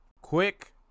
Quick